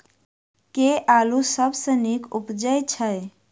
केँ आलु सबसँ नीक उबजय छै?